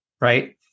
right